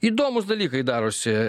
įdomūs dalykai darosi